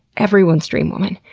everyone's dream woman.